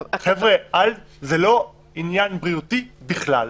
חבר'ה, זה לא עניין בריאותי בכלל.